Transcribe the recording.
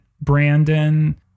Brandon